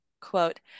Quote